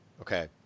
Okay